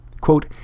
Quote